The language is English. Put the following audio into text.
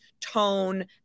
tone